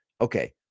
okay